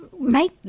make